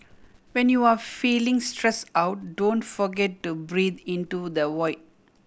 when you are feeling stress out don't forget to breathe into the void